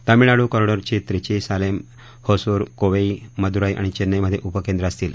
तामिळनाडू कॉरिडॅरची त्रिची सालेम होसूर कोवई मदुराई आणि चेन्नईमध्ये उपकेंद्र असतील